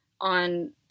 on